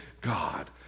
God